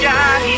God